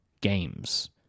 games